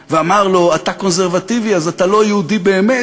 ואמר לו: אתה קונסרבטיבי אז אתה לא יהודי באמת,